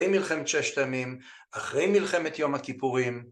אחרי מלחמת ששת הימים, אחרי מלחמת יום הכיפורים.